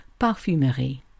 parfumerie